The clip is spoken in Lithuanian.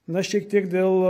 na šiek tiek dėl